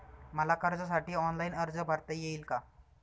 मला कर्जासाठी ऑनलाइन अर्ज भरता येईल का?